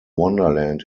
wonderland